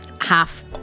half